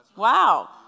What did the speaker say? Wow